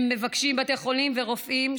הם מבקשים בתי חולים ורופאים,